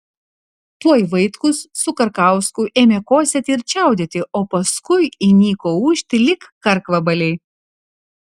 tuoj vaitkus su karkausku ėmė kosėti ir čiaudėti o paskui įniko ūžti lyg karkvabaliai